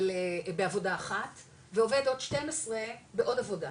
בעבודה אחת ועובד עוד 12 בעוד עבודה,